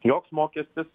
joks mokestis